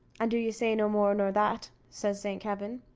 and do you say no more nor that? says saint kavin.